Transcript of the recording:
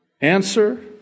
Answer